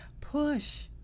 push